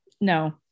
No